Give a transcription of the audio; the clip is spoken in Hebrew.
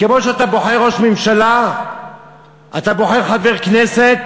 כמו שאתה בוחר ראש ממשלה ואתה בוחר חבר כנסת,